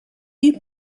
you